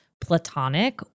platonic